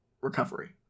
recovery